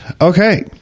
Okay